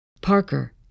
Parker